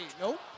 Nope